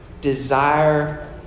desire